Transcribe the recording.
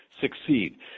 succeed